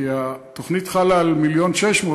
כי התוכנית חלה על 1.6 מיליון,